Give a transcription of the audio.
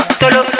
solo